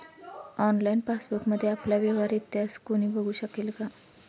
Online पासबुकमध्ये आपला व्यवहार इतिहास कोणी बघु शकेल का?